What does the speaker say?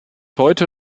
heute